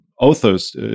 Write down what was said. authors